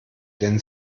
denn